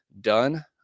done